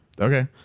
okay